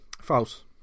False